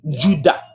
judah